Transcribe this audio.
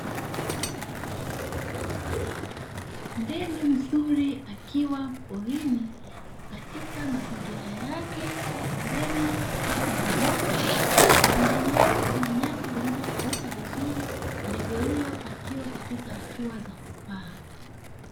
Ndege mzuri akiwa porini katika mazingira yake, pembeni kukiwa kuna nyoka. Pembeni yake kuna nyasi zilizokauka vizuri, ndege huyo akiwa katika hatua za kupaa.